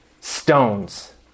stones